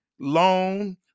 loan